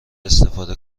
استفاده